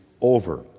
over